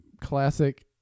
classic